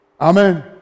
Amen